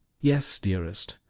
yes, dearest,